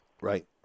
Right